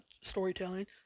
storytelling